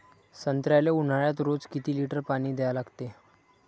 संत्र्याले ऊन्हाळ्यात रोज किती लीटर पानी द्या लागते?